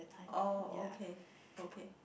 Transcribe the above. oh okay okay